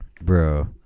Bro